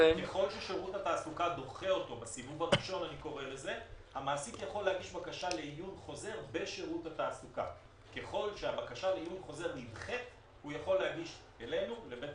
לשירות התעסוקה באופן